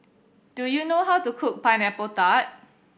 do you know how to cook Pineapple Tart